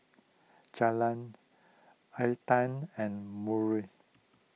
Julian Aedan and Murl